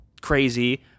crazy